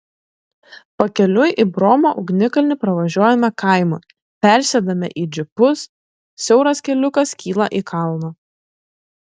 pakeliui į bromo ugnikalnį pravažiuojame kaimą persėdame į džipus siauras keliukas kyla į kalną